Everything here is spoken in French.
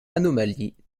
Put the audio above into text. anomalie